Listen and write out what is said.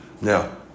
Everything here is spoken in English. Now